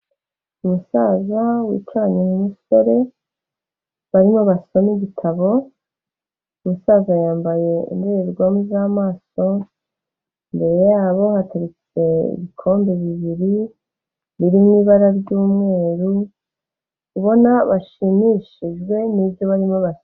Umusaza wicaranye umusore barimo basoma igitabo, umusaza yambaye indorerwamo z'amaso, imbere yabo hateretse ibikombe bibiri biri mu ibara ry'umweru, ubona bashimishijwe n'ibyo barimo.